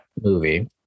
movie